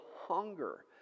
hunger